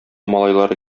малайлары